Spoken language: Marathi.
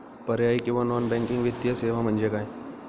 पर्यायी किंवा नॉन बँकिंग वित्तीय सेवा म्हणजे काय?